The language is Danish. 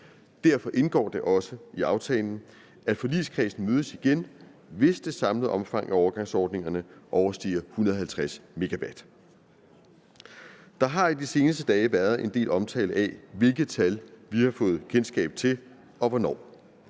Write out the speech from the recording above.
Derfor indgår det også i aftalen, at forligskredsen mødes igen, hvis det samlede omfang af overgangsordningerne overstiger 150 MW. Der har i de seneste dage været en del omtale af, hvilke tal vi har fået kendskab til og hvornår.